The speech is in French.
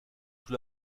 sous